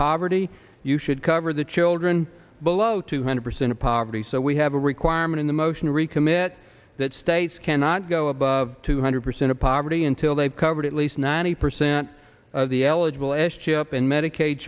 poverty you should cover the children below two hundred percent of poverty so we have a requirement in the motion to recommit that states cannot go above two hundred percent of poverty until they've covered at least ninety percent of the eligible s chip and medicaid